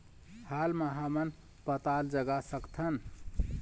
हाल मा हमन पताल जगा सकतहन?